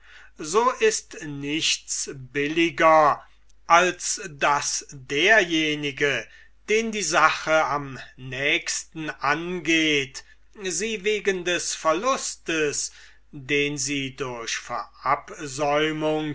so ist nichts billiger als daß derjenige den die sache am nächsten angeht sie wegen des verlustes den sie durch